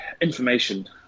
information